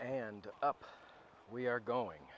and up we are going